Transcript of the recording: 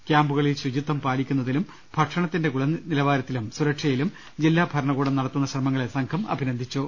ക്യാമ്പുകളിൽ ശുചിത്വം പാലിക്കുന്നതിലും ഭക്ഷണത്തിന്റെ ഗുണ്നില്വാരത്തിലും സുര ക്ഷയിലും ജില്ലാഭരണകൂടം നടത്തുന്നു ശ്രമങ്ങളെ സംഘം അഭി നന്ദിച്ചു